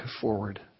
forward